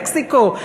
מקסיקו,